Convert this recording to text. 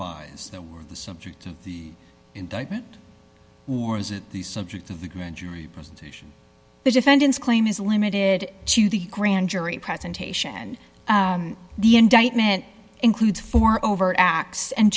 buys that were the subject of the indictment or is it the subject of the grand jury the defendant's claim is limited to the grand jury presentation the indictment includes four overt acts and